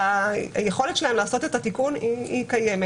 היכולת שלהם לעשות את התיקון קיימת.